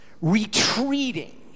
retreating